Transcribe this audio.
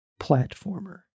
platformer